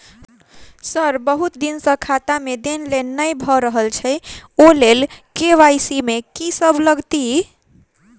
Sir बहुत दिन सऽ खाता मे लेनदेन नै भऽ रहल छैय ओई लेल के.वाई.सी मे की सब लागति ई?